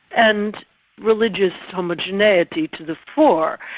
and religious homogeneity to the fore.